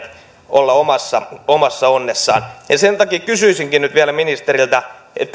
heidän olla omassa onnessaan sen takia kysyisinkin nyt vielä ministeriltä